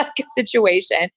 situation